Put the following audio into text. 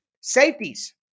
Safeties